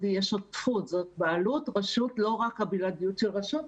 זאת בעלות, לא רק הבלעדיות של רשות,